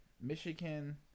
Michigan